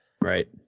right